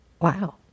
wow